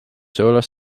solar